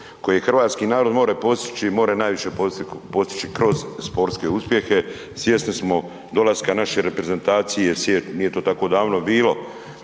koje hrvatski narod more postići, more najviše postići kroz sportske uspjehe. Svjesni smo dolaska naše reprezentacije, nije to tako davno bilo,